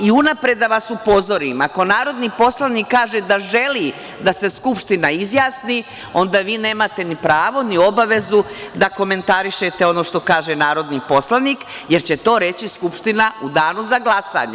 I unapred da vas upozorim – ako narodni poslanik kaže da želi da se Skupština izjasni, onda vi nemate ni pravo ni obavezu da komentarišete ono što kaže narodni poslanik, jer će to reći Skupština u danu za glasanje.